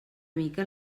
mica